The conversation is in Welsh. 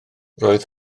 roedd